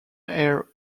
air